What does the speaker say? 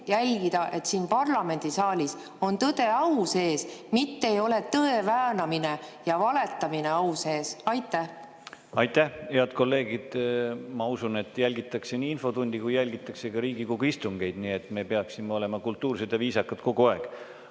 jälgida, et siin parlamendisaalis on tõde au sees, mitte ei ole tõe väänamine ja valetamine au sees. Aitäh! Head kolleegid, ma usun, et jälgitakse nii infotundi kui ka Riigikogu istungeid, nii et me peaksime olema kultuursed ja viisakad kogu aeg.